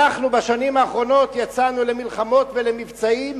בשנים האחרונות אנחנו יצאנו למלחמות ולמבצעים